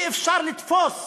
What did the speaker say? אי-אפשר לתפוס